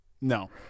No